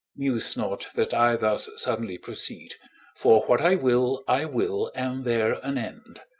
muse not that i thus suddenly proceed for what i will, i will, and there an end.